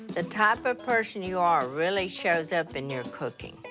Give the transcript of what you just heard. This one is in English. the type of person you are really shows up in your cooking.